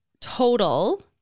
total